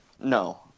No